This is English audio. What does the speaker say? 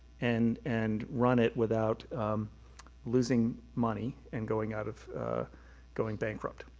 and and run it without losing money and going out of going bankrupt.